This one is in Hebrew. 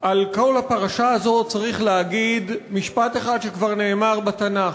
על כל הפרשה הזאת צריך להגיד משפט אחד שכבר נאמר בתנ"ך: